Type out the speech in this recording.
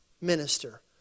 minister